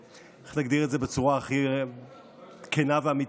איך נגדיר את זה בצורה הכי כנה ואמיתית?